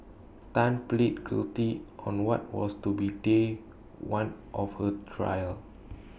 Tan pleaded guilty on what was to be day one of her trial